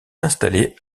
installé